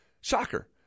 shocker